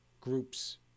groups